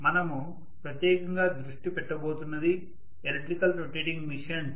మనము ప్రత్యేకంగా దృష్టి పెట్టబోతున్నది ఎలక్ట్రికల్ రొటేటింగ్ మిషన్స్